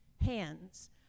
Hands